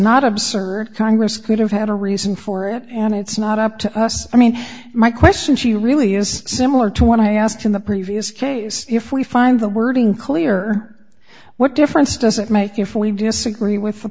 not absurd congress could have had a reason for it and it's not up to us i mean my question she really is similar to what i asked in the previous case if we find the wording clear what difference does it make you fully disagree with the